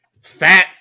fat